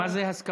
מה זה הסכמות?